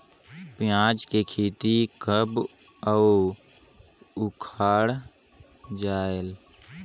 पियाज के खेती कब अउ उखाड़ा जायेल?